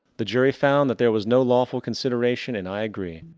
the jury found that there was no lawful consideration and i agree.